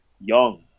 young